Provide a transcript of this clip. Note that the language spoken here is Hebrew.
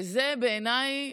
וזה בעיניי